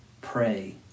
pray